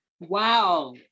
Wow